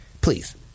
Please